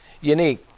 unique